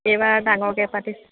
এইবাৰ ডাঙৰকৈ পাতিছে